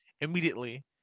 immediately